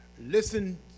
listen